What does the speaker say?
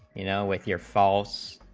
you know with your false